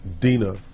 Dina